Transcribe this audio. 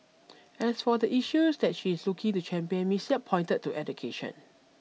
as for the issues that she is looking to champion Ms Yap pointed to education